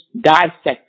dissect